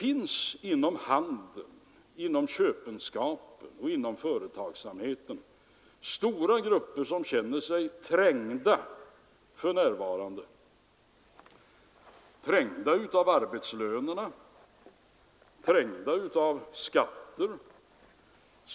Inom handeln, inom köpenskapen och inom företagsamheten finns det grupper av människor som för närvarande känner sig trängda av arbetslönerna och skatterna.